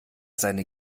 seinen